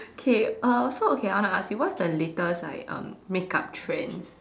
K uh so okay I want to ask you what's the latest like um makeup trends